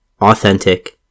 authentic